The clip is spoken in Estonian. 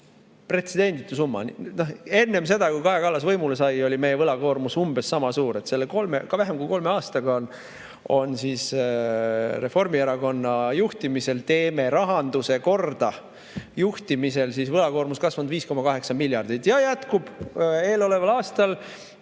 Pretsedenditu summa! Enne seda, kui Kaja Kallas võimule sai, oli meie võlakoormus umbes sama suur. Selle vähem kui kolme aastaga on Reformierakonna juhtimisel, "Teeme rahanduse korda" [loosungi all] võlakoormus kasvanud 5,8 miljardit. Ja jätkub: eeloleval aastal